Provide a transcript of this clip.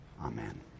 Amen